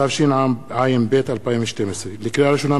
התשע"ב 2012. לקריאה ראשונה,